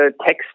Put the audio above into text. text